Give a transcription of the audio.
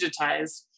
digitized